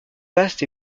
vaste